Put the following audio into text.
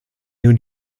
new